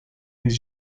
his